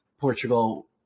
Portugal